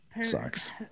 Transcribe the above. sucks